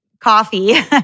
coffee